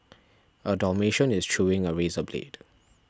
a dalmatian is chewing a razor blade